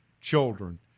children